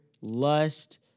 lust